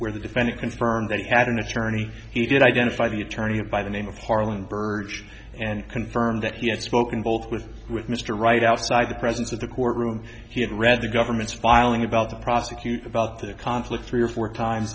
where the defendant confirmed that he had an attorney he did identify the attorney and by the name of harlan birch and confirmed that he had spoken both with with mr right outside the presence of the courtroom he had read the government's filing about the prosecutor about the conflict three or four times